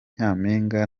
nyampinga